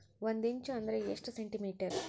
ಒಂದಿಂಚು ಅಂದ್ರ ಎಷ್ಟು ಸೆಂಟಿಮೇಟರ್?